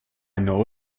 know